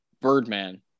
Birdman